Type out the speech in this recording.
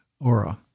aura